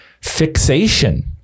fixation